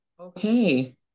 Okay